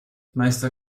meister